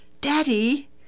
Daddy